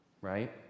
right